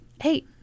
Hey